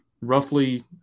roughly